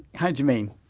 how do you mean?